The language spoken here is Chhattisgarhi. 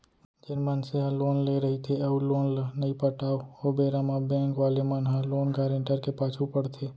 जेन मनसे ह लोन लेय रहिथे अउ लोन ल नइ पटाव ओ बेरा म बेंक वाले मन ह लोन गारेंटर के पाछू पड़थे